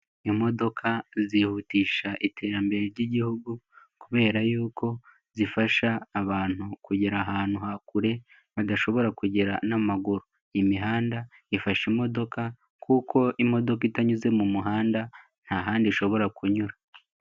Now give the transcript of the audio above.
Imodoka zihutisha iterambere ry'igihugu kubera yuko zifasha abantu kugera ahantu ha kure, badashobora kugera n'amaguru, imihanda ifasha imodoka kuko imodoka itanyuze mu muhanda, nta handi ishobora kunyura.